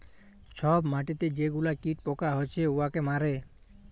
ছব মাটিতে যে গুলা কীট পকা হছে উয়াকে মারে